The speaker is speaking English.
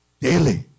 daily